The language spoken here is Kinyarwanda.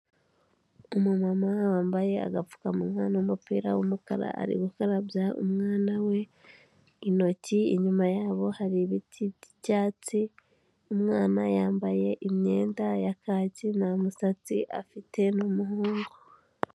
Umumama wambaye agapfukamanwa n'umupira w'umukara ari gukarabya umwana we intoki, inyuma yabo hari ibiti by'icyatsi, umwana yambaye imyenda ya kaki, nta musatsi afite, ni umuhungu.